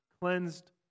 cleansed